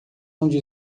onde